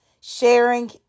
Sharing